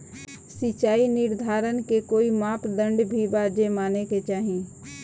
सिचाई निर्धारण के कोई मापदंड भी बा जे माने के चाही?